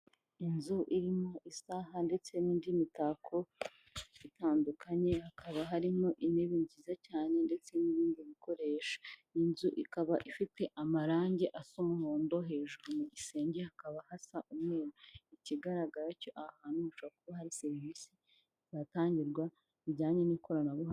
Inzu irimo isaha ndetse n'indi mitako, itandukanye, hakaba harimo intebe nziza cyane ndetse n'ibindi bikoresho, iyi nzu ikaba ifite amarangi asa umuhondo, hejuru mu gisenge hakaba hasa umweru, ikigaragara cyo aha hantu hashobora kuba hari serivisi zihatangirwa, zijyanye n'ikoranabuhanga.